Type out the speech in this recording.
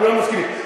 כולם מסכימים.